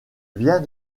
vient